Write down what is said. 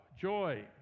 joy